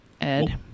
Ed